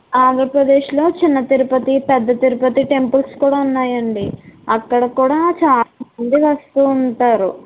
ఆంధ్రప్రదేశ్లో చిన్న తిరుపతి పెద్ద తిరుపతి టెంపుల్స్ కూడా ఉన్నాయండీ అక్కడికి కూడా చాలా మంది వస్తూ ఉంటారు